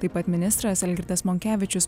taip pat ministras algirdas monkevičius